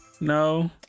No